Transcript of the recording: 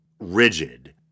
rigid